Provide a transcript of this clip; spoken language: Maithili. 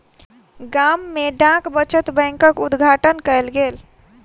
गाम में डाक बचत बैंकक उद्घाटन कयल गेल